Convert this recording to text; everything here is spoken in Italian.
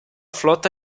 flotta